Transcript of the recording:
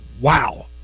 wow